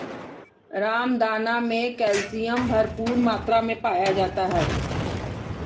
रामदाना मे कैल्शियम भरपूर मात्रा मे पाया जाता है